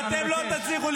אתם יודעים שאתם